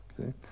Okay